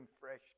fresh